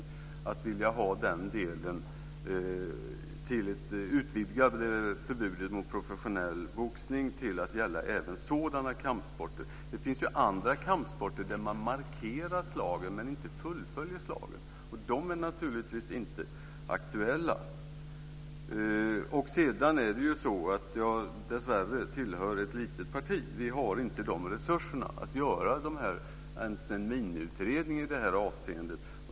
Jag vill ha den delen med i ett utvidgat förbud mot professionell boxning. Det ska gälla även sådana kampsporter. Det finns ju andra kampsporter, där man markerar slagen men inte fullföljer dem. De sporterna är naturligtvis inte aktuella. Dessvärre tillhör jag ett litet parti. Vi har inte resurserna att göra ens en miniutredning i det här avseendet.